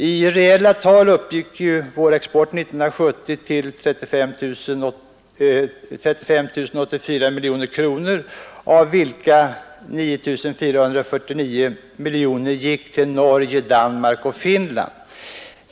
I reella tal uppgick vår export 1970 till 35 084 miljoner kronor, varav 9449 miljoner gick till Norge, Danmark och Finland.